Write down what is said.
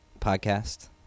podcast